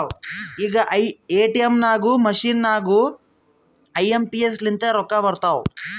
ಈಗ ATM machine ನಾಗೂ I M P S ಲಿಂತೆ ರೊಕ್ಕಾ ಬರ್ತಾವ್